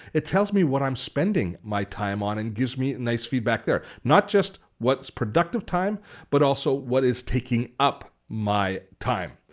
it tells me what i'm spending my time on and gives me nice feedback there, not just what's productive time but also what is taking up my time.